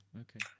Okay